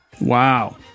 Wow